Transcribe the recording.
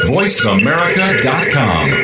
VoiceAmerica.com